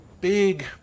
big